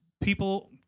people